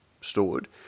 stored